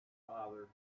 father